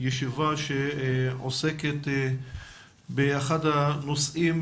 ישיבה שעוסקת באחד הנושאים